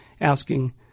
asking